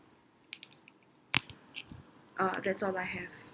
uh that's all I have